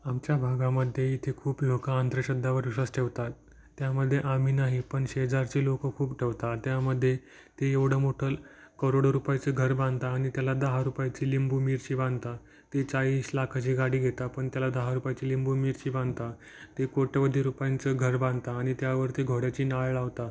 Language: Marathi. आमच्या भागामध्ये इथे खूप लोकं अंधश्रद्धावर विश्वास ठेवतात त्यामध्ये आम्ही नाही पण शेजारचे लोक खूप ठेवतात त्यामध्य्ये ते एवढं मोठं करोडो रुपयाचं घर बांधता आणि त्याला दहा रुपयाची लिंबूमिरची बांधता ते चाळीस लाखाची गाडी घेता पण त्याला दहा रुपयाची लिंबूमिरची बांधता ते कोट्यवधी रुपयांचं घर बांधता आणि त्यावरती घोड्याची नाळ लावता